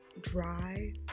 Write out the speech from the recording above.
dry